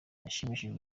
yashimishijwe